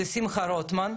זה שמחה רוטמן,